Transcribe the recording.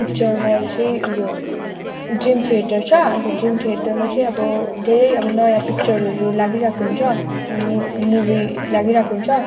picture मल चाहिँ ऊ यो ड्रिम थिएटर छ अन्त ड्रिम थिएटरमा चाहिँ अब धेरै अब नयाँ पिक्चरहरू लागिरहेको हुन्छ मुभी लागिरहेको हुन्छ